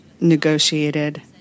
negotiated